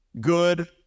good